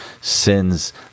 sins